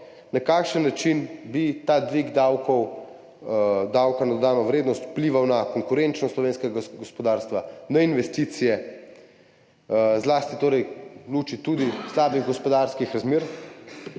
na kakšen način bi ta dvig davka na dodano vrednost vplival na konkurenčnost slovenskega gospodarstva, na investicije, zlasti torej v luči tudi slabih gospodarskih razmer.